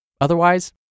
Otherwise